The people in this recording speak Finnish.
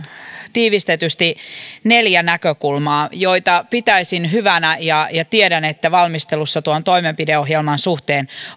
tiivistetysti neljä näkökulmaa joita pitäisin hyvänä ja joita tiedän valmistelussa tuon toimenpideohjelman suhteen